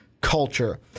culture